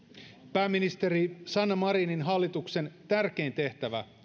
pääministeri sanna marinin hallituksen tärkein tehtävä